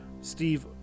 Steve